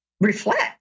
reflect